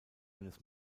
eines